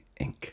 Inc